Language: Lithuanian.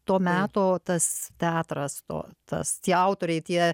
to meto tas teatras to tas tie autoriai tie